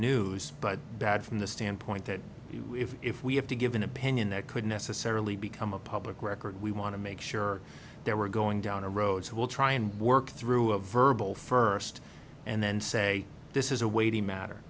news but bad from the standpoint that if we have to give an opinion that could necessarily become a public record we want to make sure they were going down a road so we'll try and work through a verbal first and then say this is a weighty matter